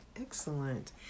Excellent